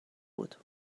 بود